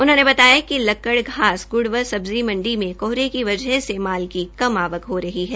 उन्होंने बताया कि लक्कड़ घास गुड़ व सब्जी मंडी में कोहरे की वजह से माल की कम आवक हो रही है